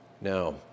Now